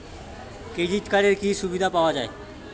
Credit কার্ডের কি কি সুবিধা পাওয়া যায়?